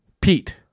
Pete